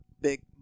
big